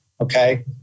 okay